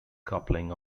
coupling